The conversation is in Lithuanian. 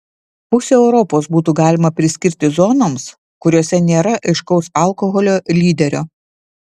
pusę europos būtų galima priskirti zonoms kuriose nėra aiškaus alkoholio lyderio